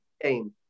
game